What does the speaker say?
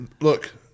Look